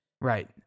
right